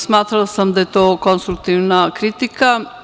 Smatrala sam da je to konstruktivna kritika.